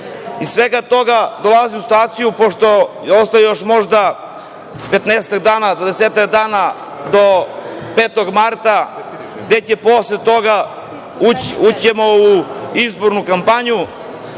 svega toga dolaze u situaciju, pošto ostaje možda još 15 ili 20 dana do 5. marta, gde ćemo posle toga ući u izbornu kampanju,